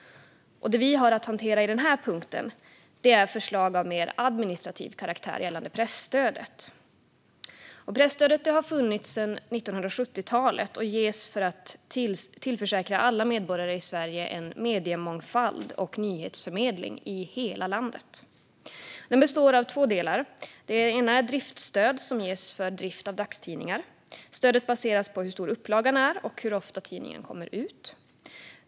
Det vi har att hantera i den här punkten är förslag av mer administrativ karaktär gällande pressstödet. Presstödet har funnits sedan 1970-talet och ges för att tillförsäkra alla medborgare i Sverige en mediemångfald och nyhetsförmedling i hela landet. Det består av två delar. Den ena är driftsstöd, som ges för drift av dagstidningar. Stödet baseras på hur stor upplagan är och hur ofta tidningen kommer ut.